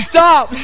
Stop